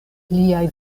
liaj